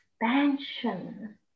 expansion